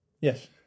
Yes